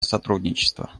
сотрудничество